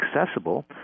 accessible